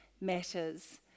matters